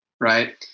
right